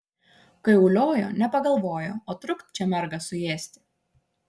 kai uliojo nepagalvojo o trukt čia mergą suėsti